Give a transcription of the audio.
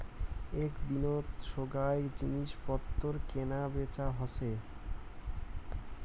এক দিনত সোগায় জিনিস পত্তর কেনা বেচা হসে